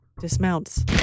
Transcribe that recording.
dismounts